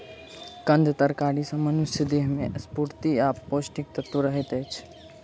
कंद तरकारी सॅ मनुषक देह में स्फूर्ति आ पौष्टिक तत्व रहैत अछि